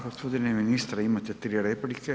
Gospodine ministre imate 3 replike.